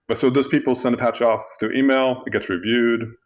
but so those people send a patch off their email, it gets reviewed,